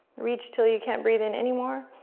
reach till you can't breathe in anymore,